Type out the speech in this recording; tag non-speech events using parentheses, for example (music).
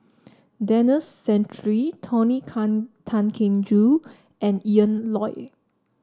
Denis Santry Tony (unintelligible) Tan Keng Joo and Ian Loy